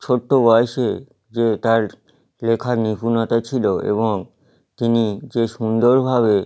ছোট্ট বয়সে যে তার লেখার নিপুণতা ছিল এবং তিনি যে সুন্দরভাবে